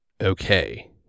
okay